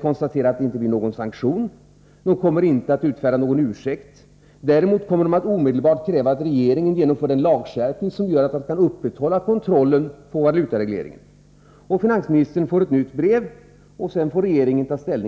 konstatera att det inte blir någon sanktion, men kommer inte att utfärda någon ursäkt. Däremot kommer man att omedelbart kräva att regeringen genomför den lagskärpning som gör att man kan upprätthålla kontrollen av valutaregleringen. Finansministern får ett nytt brev, och sedan får regeringen ta ställning.